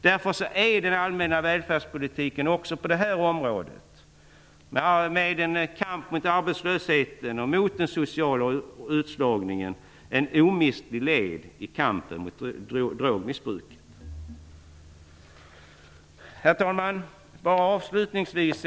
Därför är den allmänna välfärdspolitiken också på detta område, med en kamp mot arbetslösheten och mot den sociala utslagningen, ett omistligt led i kampen mot drogmissbruket. Herr talman!